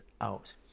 out